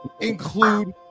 include